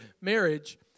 marriage